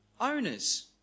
owners